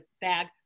bag